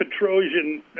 Petrosian